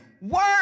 work